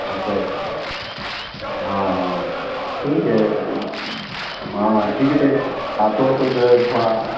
अच्छा हाँ हाँ ठीक है हाँ ठीक है तनि आटो ओटो जो है थोड़ा